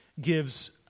gives